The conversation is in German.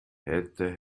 hätte